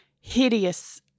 hideous